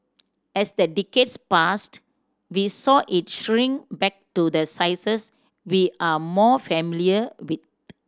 as the decades passed we saw it shrink back to the sizes we are more familiar with